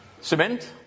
Cement